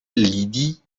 lydie